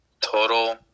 total